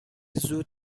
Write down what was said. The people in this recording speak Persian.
زود